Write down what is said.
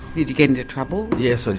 did you get into trouble? yes i